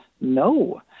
no